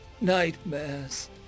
nightmares